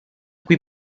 cui